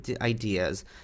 ideas